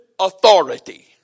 authority